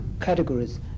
categories